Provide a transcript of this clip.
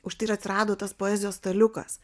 už tai ir atsirado tas poezijos staliukas